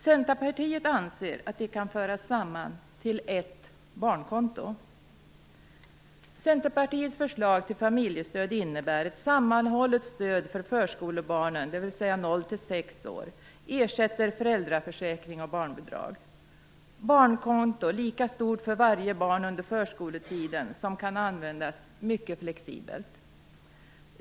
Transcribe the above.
Centerpartiet anser att dessa pengar kan föras samman till ett barnkonto. Barnkontot skall vara lika stort för varje barn under förskoletiden, och det kan användas mycket flexibelt.